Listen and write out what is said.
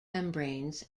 membranes